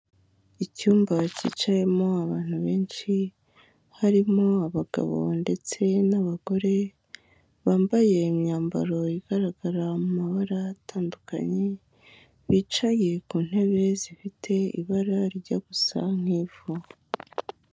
Icyumba kicayemo abantu benshi harimo abagabo ndetse n'abagore bambaye imyambaro igaragara mu mabara atandukanye, bicaye ku ntebe zifite ibara rijya gusa nk'ivu.